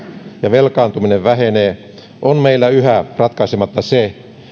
ja velkaantuminen vähenee on meillä yhä ratkaisematta se